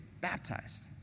baptized